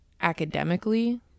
academically